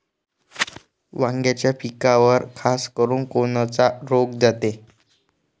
वांग्याच्या पिकावर खासकरुन कोनचा रोग जाते?